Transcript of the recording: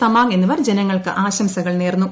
തമാംഗ് എന്നിവർ ജനങ്ങൾക്ക് ആശംസകൾ നേർന്നു